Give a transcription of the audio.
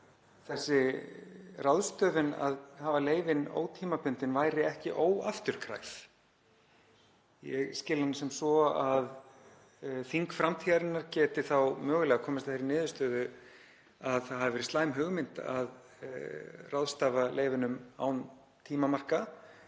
þessi ráðstöfun að hafa leyfin ótímabundin væri ekki óafturkræf. Ég skil hana sem svo að þing framtíðarinnar geti þá mögulega komist að þeirri niðurstöðu að það hafi verið slæm hugmynd að ráðstafa leyfunum án tímamarka